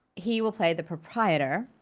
he will play the proprietor.